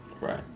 Right